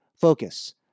focus